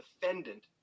defendant